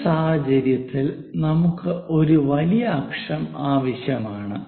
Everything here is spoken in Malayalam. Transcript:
ഈ സാഹചര്യത്തിൽ നമുക്ക് ഒരു വലിയ അക്ഷം ആവശ്യമാണ്